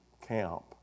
camp